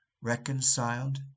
reconciled